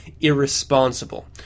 irresponsible